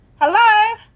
Hello